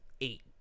eight